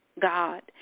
God